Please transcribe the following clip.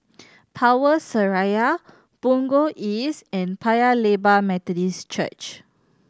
Power Seraya Punggol East and Paya Lebar Methodist Church